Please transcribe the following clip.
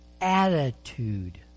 attitude